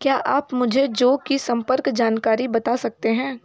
क्या आप मुझे जो की संपर्क जानकारी बता सकते हैं